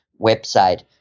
website